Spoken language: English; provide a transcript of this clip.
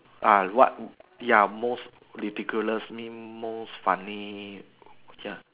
uh what ya most ridiculous mean most funny ya